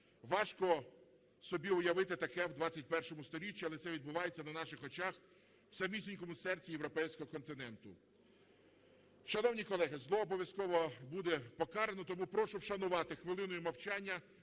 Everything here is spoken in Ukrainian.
Важко собі уявити таке у ХХІ сторіччі, але це відбувається на наших очах у самісінькому серці європейського континенту. Шановні колеги, зло обов'язково буде покарано. Тому прошу вшанувати хвилиною мовчання